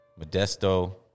Modesto